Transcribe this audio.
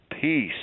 Peace